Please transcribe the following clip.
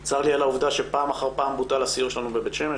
צר לי על העובדה שפעם אחר פעם בוטל הסיור שלנו בבית שמש.